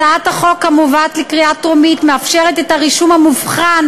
הצעת החוק המובאת לקריאה טרומית מאפשרת את הרישום המובחן